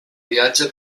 viatge